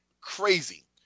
crazy